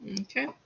Okay